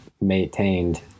maintained